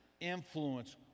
influence